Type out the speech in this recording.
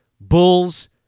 Bulls